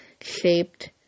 shaped